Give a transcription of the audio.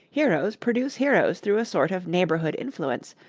heroes produce heroes through a sort of neighborhood influence,